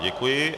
Děkuji.